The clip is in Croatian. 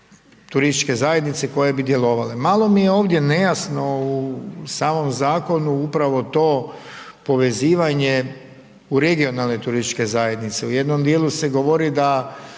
turističke zajednice koje bi djelovale. Malo mi je ovdje nejasno u samom zakonu upravo to povezivanje u regionalne turističke zajednice. U jednom dijelu se govori da